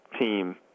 team